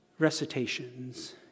recitations